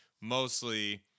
mostly